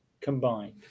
combined